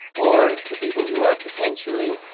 or to people who are potentially,